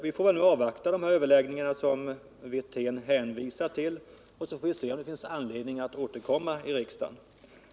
Vi får väl nu avvakta resultatet av de överläggningar som Rolf Wirtén hänvisar till, och sedan får vi se om det finns anledning att återkomma om den här frågan till riksdagen.